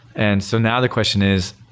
and so now the question is,